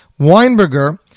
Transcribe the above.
Weinberger